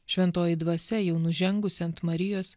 šventoji dvasia jau nužengusi ant marijos